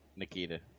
Nikita